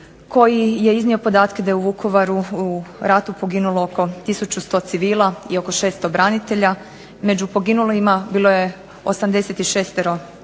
koji je iznio podatke da je u Vukovaru u ratu poginulo tisuću 100 civila i oko 600 branitelja. Među poginulima bilo je 86